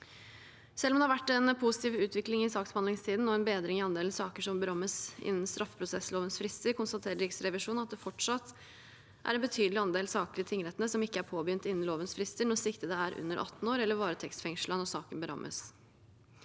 Selv om det har vært en positiv utvikling i saksbehandlingstiden og en bedring i andelen saker som berammes innen straffeprosesslovens frister, konstaterer Riksrevisjonen at det fortsatt er en betydelig andel saker i tingrettene som ikke er påbegynt innen lovens frister når siktede er under 18 år eller varetekstfengslet når saken berammes.